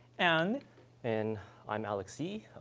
and and i'm alex yee,